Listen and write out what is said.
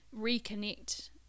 reconnect